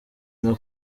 nka